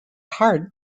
hard